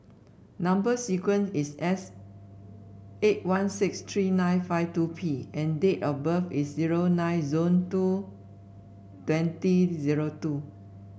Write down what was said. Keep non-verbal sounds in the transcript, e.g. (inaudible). number sequence is S eight one six three nine five two P and date of birth is zero nine (unintelligible) two twenty zero two